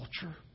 culture